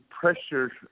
pressure